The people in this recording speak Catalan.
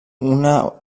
una